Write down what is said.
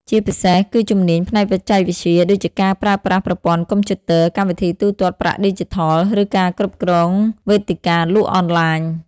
ជាពិសេស គឺជំនាញផ្នែកបច្ចេកវិទ្យា ដូចជាការប្រើប្រាស់ប្រព័ន្ធកុំព្យូទ័រ កម្មវិធីទូទាត់ប្រាក់ឌីជីថល ឬការគ្រប់គ្រងវេទិកាលក់អនឡាញ។